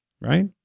Right